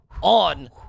on